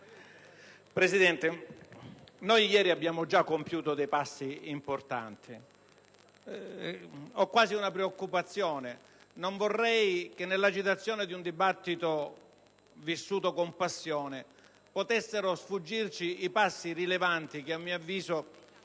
Presidente, ieri abbiamo già compiuto dei passi importanti e mi preoccupa il fatto che nell'agitazione di un dibattito vissuto con passione possano sfuggirci i passi rilevanti che a mio avviso